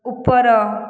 ଉପର